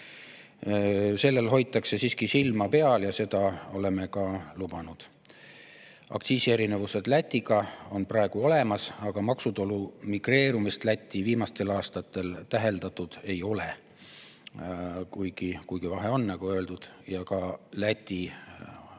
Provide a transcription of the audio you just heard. hoitakse siiski silma peal ja seda oleme ka lubanud. Aktsiisierinevused Lätiga on praegu olemas, aga maksutulu migreerumist Lätti viimastel aastatel täheldatud ei ole, kuigi vahe on olemas, nagu öeldud, ka Läti on